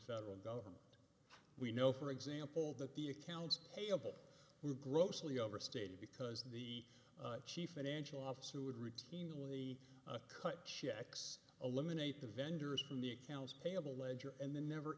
federal government we know for example that the accounts payable were grossly overstated because the chief financial officer would routinely cut checks eliminate the vendors from the accounts payable ledger and then never